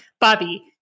Bobby